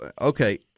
okay